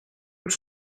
d’où